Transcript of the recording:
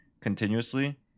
continuously